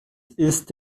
ist